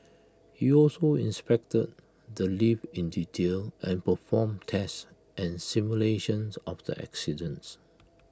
he also inspected the lift in detail and performed tests and simulations of the accidents